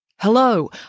Hello